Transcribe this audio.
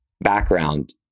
background